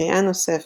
לקריאה נוספת